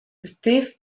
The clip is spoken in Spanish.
steve